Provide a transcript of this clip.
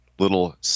little